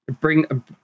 bring